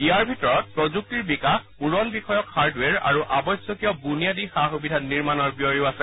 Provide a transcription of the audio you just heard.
ইয়াৰ ভিতৰত প্ৰযুক্তিৰ বিকাশ উৰণ বিষয়ক হাৰ্ডৱেৰ আৰু আৱশ্যকীয় বুনিয়াদী সা সুবিধা নিৰ্মাণৰ ব্যয়ো আছে